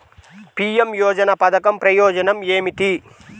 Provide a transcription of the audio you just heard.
PM యోజన పధకం ప్రయోజనం ఏమితి?